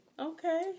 Okay